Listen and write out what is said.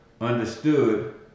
understood